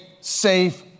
safe